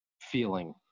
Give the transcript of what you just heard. feeling